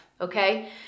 okay